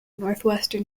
northwestern